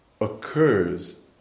occurs